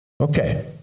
Okay